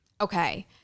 Okay